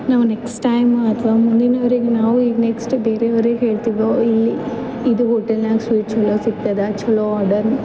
ನಾವು next time ಅಥ್ವ ಮುಂದಿನವ್ರಿಗೆ ನಾವು ಈಗ ನೆಕ್ಸ್ಟ್ ಬೇರೆಯವ್ರಿಗೆ ಹೇಳ್ತಿವಿ ಇಲ್ಲಿ ಇದು ಹೊಟೇಲನಾಗ ಸ್ವೀಟ್ ಛಲೋ ಸಿಗ್ತದ ಛಲೋ ಆರ್ಡರ್